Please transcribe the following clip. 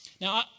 Now